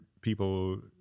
people